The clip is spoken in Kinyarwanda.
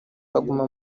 akaguma